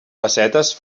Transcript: facetes